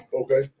Okay